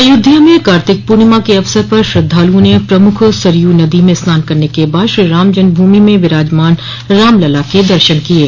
अयोध्या में कार्तिक पूर्णिमा के अवसर पर श्रद्धालुओं ने प्रमुख सरयू नदी में स्नान करने के बाद श्रीराम जन्मभूमि में विराजमान रामलला के दर्शन किये